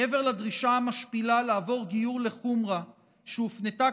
מעבר לדרישה המשפילה לעבור גיור לחומרה שהופנתה